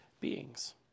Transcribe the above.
beings